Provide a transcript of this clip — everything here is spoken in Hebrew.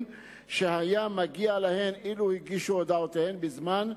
שהיה מגיע להן אילו הגישו הודעותיהן בזמן,